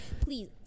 Please